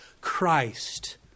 Christ